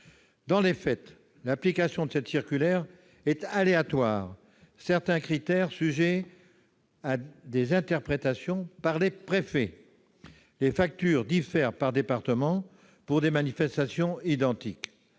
Dans les faits, l'application de cette circulaire est aléatoire ; certains critères sont sujets à interprétation par les préfets. Les factures diffèrent selon les départements pour des manifestations identiques.